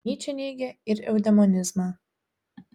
nyčė neigė ir eudemonizmą